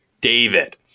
David